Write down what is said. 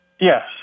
Yes